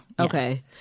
okay